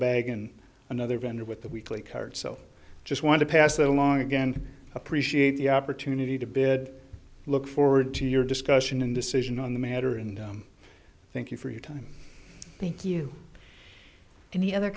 bag and another vendor with the weekly card so i just want to pass that along again appreciate the opportunity to bed look forward to your discussion and decision on the matter and thank you for your time thank you and the